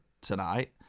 tonight